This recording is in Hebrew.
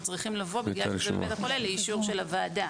אנחנו צריכים לבוא בגלל בית החולה - לאישור הוועדה.